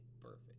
perfect